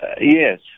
Yes